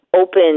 open